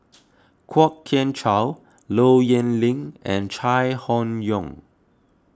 Kwok Kian Chow Low Yen Ling and Chai Hon Yoong